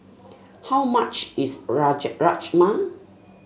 how much is Rajar Rajma